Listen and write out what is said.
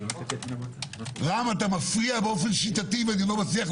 ניר, ענה לי ביושרה,